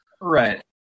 Right